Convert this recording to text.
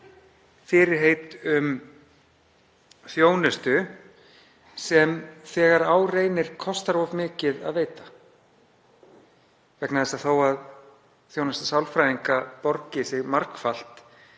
fyrirheit um þjónustu sem þegar á reynir kostar of mikið að veita. Þó að þjónusta sálfræðinga borgi sig margfalt